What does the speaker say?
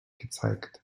gezeigt